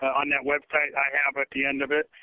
on that website i have at the end of it.